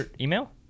email